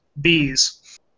bees